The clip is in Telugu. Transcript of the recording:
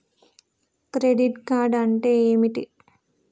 క్రెడిట్ కార్డ్ అంటే ఏమిటి?